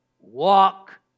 walk